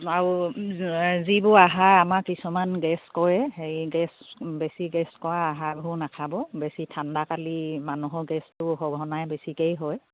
আৰু যিবোৰ আহাৰ আমাৰ কিছুমান গেছ কৰে সেই গেছ বেছি গেছ কৰা আহাৰবোৰ নাখাব বেছি ঠাণ্ডাকালি মানুহৰ গেছটো সঘনাই বেছিকেই হয়